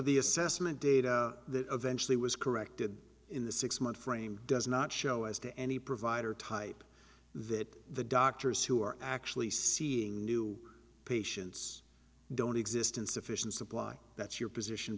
the assessment data that eventually was corrected in the six month frame does not show as to any provider type that the doctors who are actually seeing new patients don't exist in sufficient supply that's your position